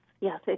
yes